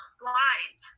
blind